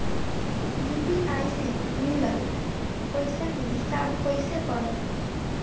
UPI से मिलल पईसा के हिसाब कइसे करब?